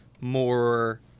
more –